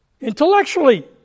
intellectually